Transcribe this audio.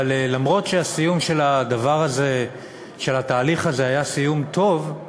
אבל גם אם הסיום של התהליך הזה היה סיום טוב,